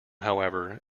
however